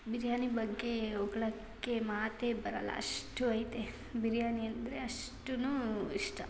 ಬಿರ್ಯಾನಿ ಬಗ್ಗೆ ಹೊಗ್ಳಕ್ಕೆ ಮಾತೇ ಬರಲ್ಲ ಅಷ್ಟೂ ಐತೆ ಬಿರ್ಯಾನಿ ಅಂದರೆ ಅಷ್ಟೂ ಇಷ್ಟ